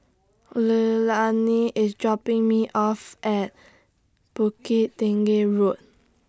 Leilani IS dropping Me off At Bukit Tinggi Road